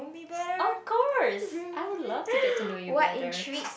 of course I would love to get to know you better